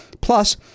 plus